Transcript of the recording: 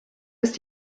ist